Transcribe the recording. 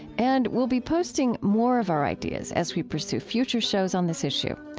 and we'll be posting more of our ideas as we pursue future shows on this issue.